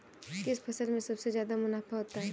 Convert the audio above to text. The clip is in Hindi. किस फसल में सबसे जादा मुनाफा होता है?